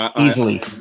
easily